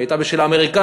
היא הייתה בשל האמריקנים.